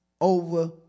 over